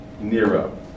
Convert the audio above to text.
Nero